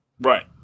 Right